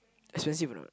expensive or not